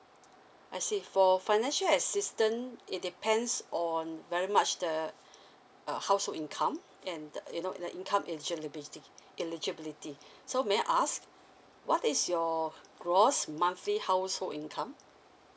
I see for financial assistance it depends on very much the uh household income and the you know the income eligibility eligibility so may I ask what is your gross monthly household income